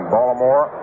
Baltimore